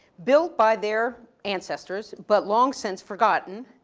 built by their ancestors, but long since forgotten.